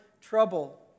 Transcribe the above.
trouble